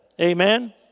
Amen